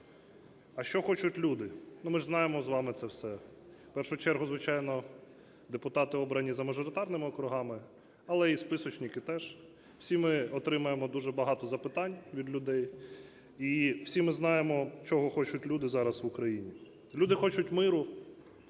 А що хочуть люди? Ну, ми ж знаємо з вами це все. В першу чергу, звичайно, депутати обрані за мажоритарними округами, але і списочники теж, всі ми отримуємо дуже багато запитань від людей і всі ми знаємо, чого хочуть люди зараз в Україні. Люди хочуть миру.